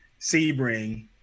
sebring